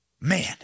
Man